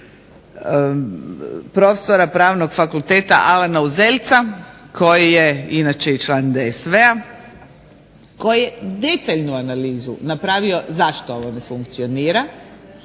profesora Pravnog fakulteta Alana Uzelca koji je inače i član DSV-a koji je detaljnu analizu napravio zašto ovo ne funkcionira,